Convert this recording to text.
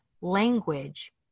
language